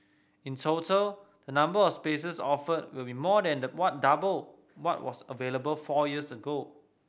in total the number of spaces offered will be more than the what double what was available four years ago